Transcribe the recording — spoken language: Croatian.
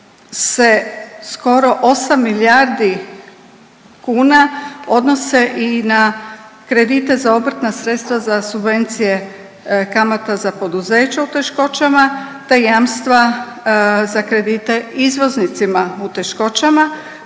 se skoro osam milijardi kuna odnose i na kredite za obrtna sredstva za subvencije kamata za poduzeća u teškoćama te jamstva za kredite izvoznicima u teškoćama